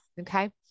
Okay